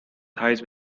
thighs